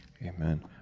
Amen